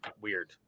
weird